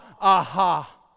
Aha